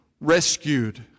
rescued